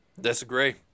Disagree